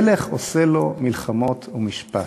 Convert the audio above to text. מלך עושה לו מלחמות ומשפט.